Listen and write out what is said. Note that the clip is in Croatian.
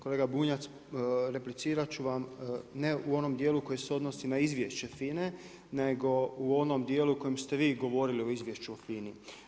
Kolega Bunjac, replicirati ću vam ne u onom dijelu koji se odnosi na izvješće FINA-e, nego u onom dijelu u kojem ste vi govorili o izvješću o FINA-i.